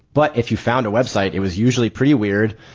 but if you found a website, it was usually pretty weird.